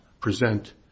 present